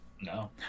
No